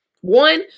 One